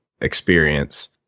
experience